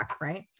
right